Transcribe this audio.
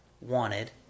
wanted